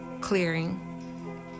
clearing